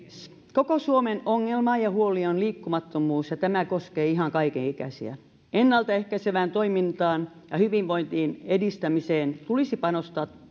koko suomen ongelma ja huoli on liikkumattomuus ja tämä koskee ihan kaikenikäisiä ennalta ehkäisevään toimintaan ja hyvinvoinnin edistämiseen tulisi panostaa